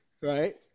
Right